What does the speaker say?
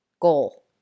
goal